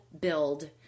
build